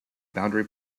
boundary